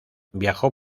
viajó